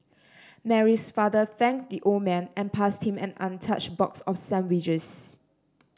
Mary's father thanked the old man and passed him an untouched box of sandwiches